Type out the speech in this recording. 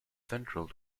central